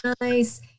nice